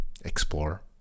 explore